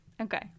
Okay